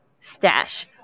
stash